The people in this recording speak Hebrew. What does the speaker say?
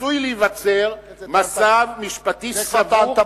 עשוי להיווצר מצב משפטי סבוך,